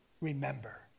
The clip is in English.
Remember